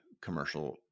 commercial